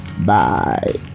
Bye